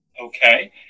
Okay